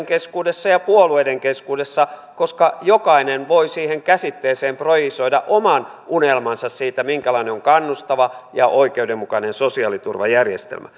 keskuudessa ja puolueiden keskuudessa koska jokainen voi siihen käsitteeseen projisoida oman unelmansa siitä minkälainen on kannustava ja oikeudenmukainen sosiaaliturvajärjestelmä